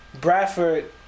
Bradford